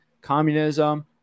communism